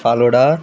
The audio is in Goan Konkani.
फालोडा